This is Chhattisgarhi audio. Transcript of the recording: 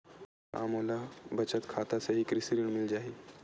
का मोला बचत खाता से ही कृषि ऋण मिल जाहि?